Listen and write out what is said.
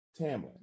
Tamlin